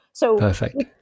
Perfect